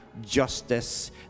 justice